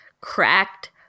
cracked